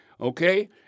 okay